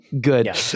Good